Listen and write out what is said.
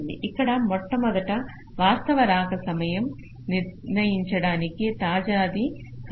ఇక్కడ మొట్టమొదటి వాస్తవ రాక సమయం నిర్ణయించబడాలి తాజాది కాదు